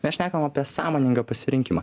mes šnekam apie sąmoningą pasirinkimą